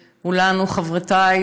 לכולנו, חברותיי